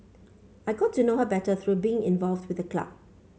I got to know her better through being involved with the club